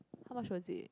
how much was it